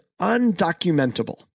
undocumentable